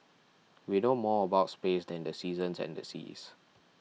we know more about space than the seasons and the seas